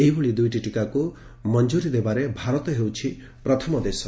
ଏହିଭଳି ଦୂଇଟି ଟିକାକ୍ ମଞ୍ଚରୀ ଦେବାରେ ଭାରତ ହେଉଛି ପ୍ରଥମ ଦେଶ